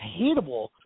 hateable